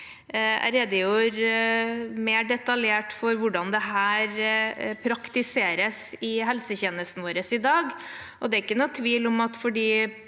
Jeg redegjorde mer detaljert for hvordan dette praktiseres i helsetjenesten vår i dag. Det er ikke noen tvil om at for